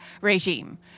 regime